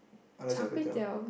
Malaysia kway-teow